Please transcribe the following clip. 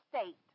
state